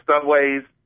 Subway's